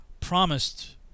promised